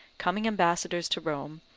coming ambassadors to rome,